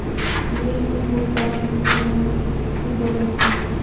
Bill के भुगतान EMI में किसी बदलना है?